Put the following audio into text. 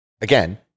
again